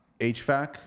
HVAC